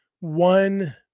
one